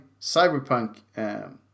Cyberpunk